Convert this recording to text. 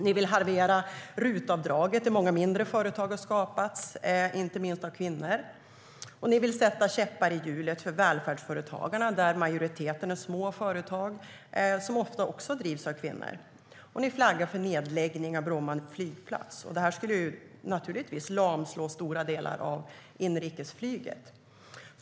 Ni vill halvera RUT-avdraget, vilket drabbar många mindre företag som har skapats på grund av RUT-avdraget och inte minst av kvinnor. Ni vill sätta käppar i hjulen för välfärdsföretagarna, där majoriteten är små företag som också ofta drivs av kvinnor. Ni flaggar även för nedläggning av Bromma flygplats, vilket naturligtvis skulle lamslå stora delar av inrikesflyget.